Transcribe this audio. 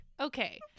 Okay